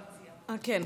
כן,